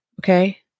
Okay